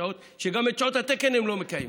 השעות שגם את שעות התקן הם לא מקיימים,